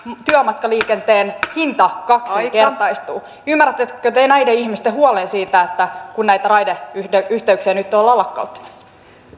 työmatkaliikenteen hinta kaksinkertaistuu ymmärrättekö te näiden ihmisten huolen siitä kun näitä raideyhteyksiä nyt ollaan lakkauttamassa